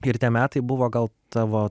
ir tie metai buvo gal tavo